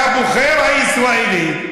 והבוחר הישראלי,